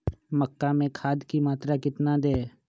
मक्का में खाद की मात्रा कितना दे?